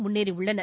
முன்னேறியுள்ளனர்